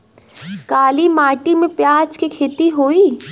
काली माटी में प्याज के खेती होई?